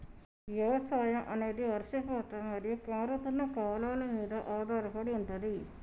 వ్యవసాయం అనేది వర్షపాతం మరియు మారుతున్న కాలాల మీద ఆధారపడి ఉంటది